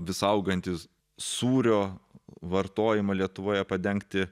vis augantis sūrio vartojimą lietuvoje padengti